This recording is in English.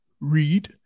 Read